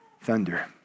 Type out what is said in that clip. thunder